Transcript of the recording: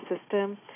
system